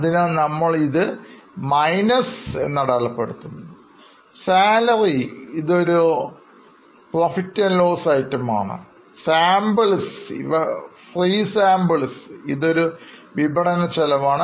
അതിനാൽ നമ്മൾ ഇത് മൈനസ് എന്ന് അടയാളപ്പെടുത്തുന്നു Salary ഇതൊരു PL item ആണ് Samples ഇവ Free Samples ഇതൊരു വിപണന ചെലവാണ്